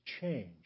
change